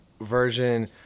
version